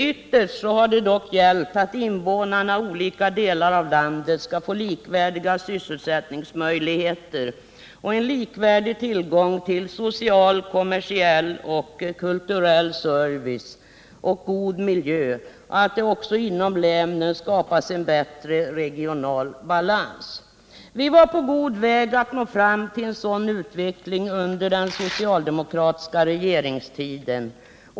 Ytterst har debatten dock gällt att invånarna i olika delar av landet skall få likvärdiga sysselsättningsmöjligheter, likvärdig tillgång till social, kommersiell och kulturell service och en god miljö liksom att det inom länen skapas en bättre regional balans. Vi var på god väg att nå fram till en sådan utveckling under den socialdemokratiska regeringstiden.